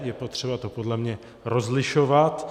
Je potřeba to podle mě rozlišovat.